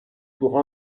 pour